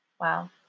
Wow